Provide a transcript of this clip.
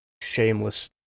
shameless